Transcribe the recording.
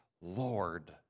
Lord